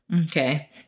Okay